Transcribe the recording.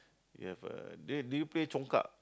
it have a did you play Congkak